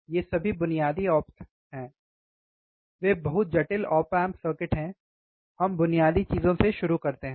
ये सभी बुनियादी ऑप्स हैं ठीक हैं वे बहुत जटिल ऑप एम्प सर्किट हैं हम बुनियादी चीजों से शुरू करते हैं